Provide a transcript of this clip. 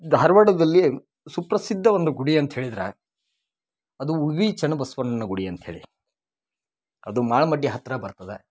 ಧಾರ್ವಾಡದಲ್ಲಿ ಸುಪ್ರಸಿದ್ಧ ಒಂದು ಗುಡಿ ಅಂತ್ಹೇಳಿದ್ರೆ ಅದು ಉವೀ ಚನ್ನಬಸವಣ್ಣನ ಗುಡಿ ಅಂತ್ಹೇಳಿ ಅದು ಮಾಳಮಡ್ಡಿ ಹತ್ತಿರ ಬರ್ತದೆ